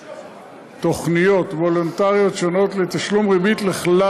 תוכניות וולונטריות שונות לתשלום ריבית לכלל